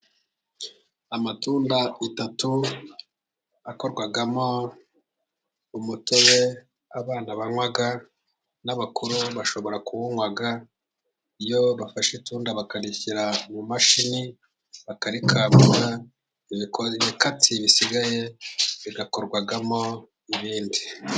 Amatunda atatu akorwamo umutobe abana banywa, n'abakuru bashobora kuwunywa ,iyo bafashe itunda bakarishyira mu mashini bakarikamura ,ibikatsi bisigaye bikorwamo ibindi.